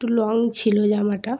একটু লং ছিল জামাটা